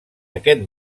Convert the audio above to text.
aquest